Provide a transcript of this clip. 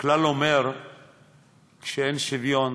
הכלל אומר שכשאין שוויון